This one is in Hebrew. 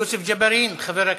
יוסף ג'בארין, חבר הכנסת,